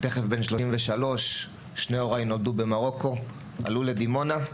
תכף בן 33, שני הוריי נולדו במרוקו ועלו לדימונה,